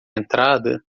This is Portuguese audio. entrada